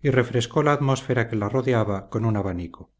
y refrescó la atmósfera que la rodeaba con un abanico